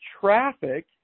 traffic